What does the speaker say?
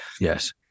yes